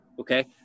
okay